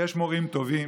יש מורים טובים,